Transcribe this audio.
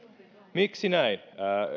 miksi näin